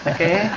Okay